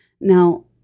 Now